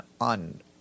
on